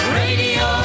radio